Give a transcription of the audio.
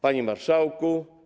Panie Marszałku!